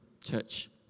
church